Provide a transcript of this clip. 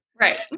right